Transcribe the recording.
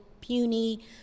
puny